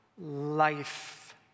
Life